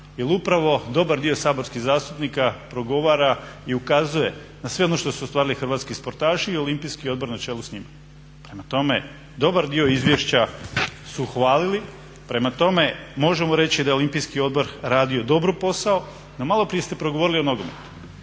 jer upravo dobar dio saborskih zastupnika progovara i ukazuje na sve ono što su ostvarili hrvatski sportaši i Olimpijski odbor na čelu s njima. Prema tome, dobar dio izvješća su hvalili i možemo reći da je Olimpijski odbor radio dobar posao. No malo prije ste progovorili o nogometu,